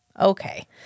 Okay